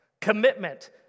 Commitment